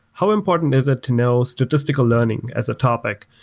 how important is it to know statistical learning as a topic.